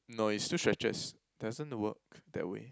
no it still stretches it doesn't work that way